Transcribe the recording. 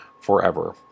forever